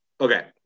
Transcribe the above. Okay